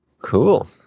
Cool